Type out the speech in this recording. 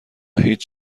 هیچ